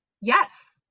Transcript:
yes